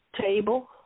table